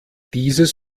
dieses